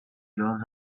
johns